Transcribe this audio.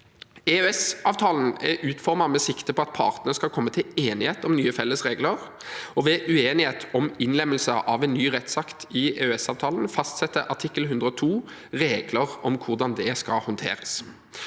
EØS-avtalen er utformet med sikte på at partene skal komme til enighet om nye felles regler, og ved uenighet om innlemmelse av en ny rettsakt i EØSavtalen fastsetter artikkel 102 regler om hvordan det skal håndteres.